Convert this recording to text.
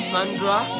Sandra